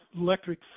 electric